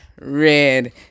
Red